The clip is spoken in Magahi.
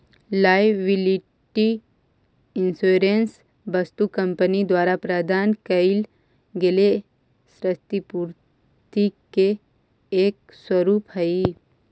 लायबिलिटी इंश्योरेंस वस्तु कंपनी द्वारा प्रदान कैइल गेल क्षतिपूर्ति के एक स्वरूप हई